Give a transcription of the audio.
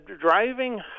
Driving